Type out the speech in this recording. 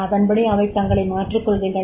அதன்படி அவை தங்களை மாற்றிக் கொள்கின்றன